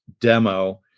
demo